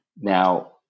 Now